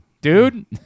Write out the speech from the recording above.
dude